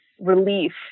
relief